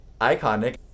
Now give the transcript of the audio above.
iconic